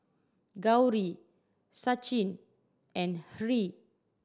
Gauri Sachin and Hri